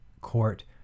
court